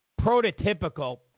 prototypical